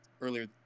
earlier